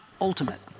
ultimate